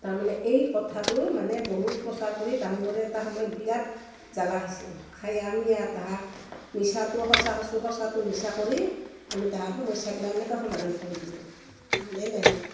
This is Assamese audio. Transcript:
তাৰমানে এই কথাটো মানে বহুত প্ৰচাৰ কৰি তাহুন দুয়োৰে এটা সময়ত বিৰাট জ্বালা খাইছি খাই আমি আৰ তাহাক মিছাটোও সঁচা কচ্ছু সঁচাটো মিছা কৰি আমি তাহাৰ সমস্যা গিলা এনেকে সমাধান কৰি দিলোঁ তাৰমানে এনেহেন